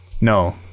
No